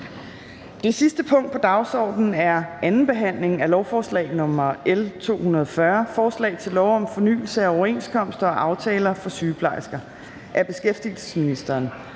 Det sidste punkt på dagsordenen er: 4) 2. behandling af lovforslag nr. L 240: Forslag til lov om fornyelse af overenskomster og aftaler for sygeplejersker. Af beskæftigelsesministeren